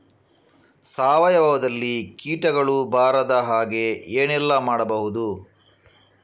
ಸಾವಯವದಲ್ಲಿ ಕೀಟಗಳು ಬರದ ಹಾಗೆ ಏನೆಲ್ಲ ಮಾಡಬಹುದು?